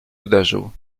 uderzył